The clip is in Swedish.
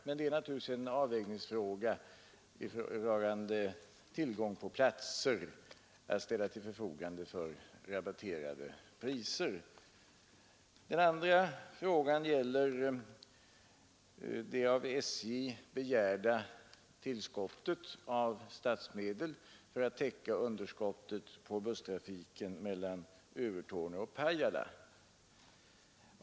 Men det är naturligtvis en avvägningsfråga i vad gäller tillgången på platser som kan ställas till förfogande för rabatterade priser. Den andra frågan gäller det av SJ begärda tillskottet av statsmedel för att täcka underskottet på busstrafiken på linjen Övertorneå—Pajala.